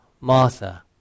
Martha